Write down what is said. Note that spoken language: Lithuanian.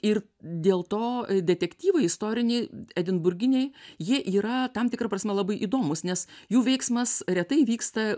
ir dėl to detektyvai istoriniai edinburginiai jie yra tam tikra prasme labai įdomūs nes jų veiksmas retai vyksta